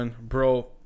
bro